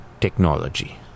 technology